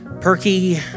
perky